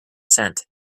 cent